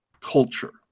culture